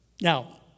Now